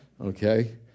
okay